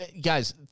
guys